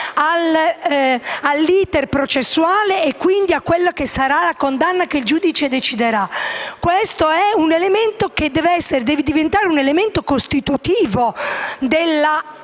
all*'iter* processuale e quindi a quella che sarà la condanna che il giudice deciderà. Questo deve diventare un elemento costitutivo della